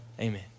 amen